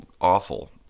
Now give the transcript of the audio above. awful